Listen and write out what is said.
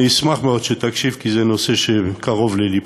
אני אשמח מאוד שתקשיב, כי זה נושא שקרוב ללבך.